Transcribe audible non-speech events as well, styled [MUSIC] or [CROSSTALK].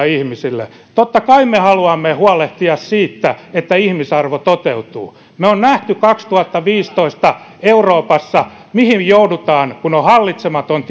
[UNINTELLIGIBLE] ihmisille totta kai me haluamme huolehtia siitä että ihmisarvo toteutuu me olemme nähneet kaksituhattaviisitoista euroopassa mihin joudutaan kun on hallitsematon [UNINTELLIGIBLE]